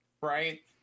right